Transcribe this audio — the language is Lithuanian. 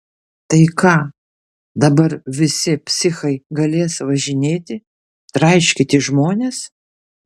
tai ką dabar visi psichai galės važinėti traiškyti žmones